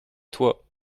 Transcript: toi